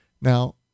Now